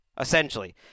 essentially